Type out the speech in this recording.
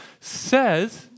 says